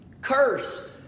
curse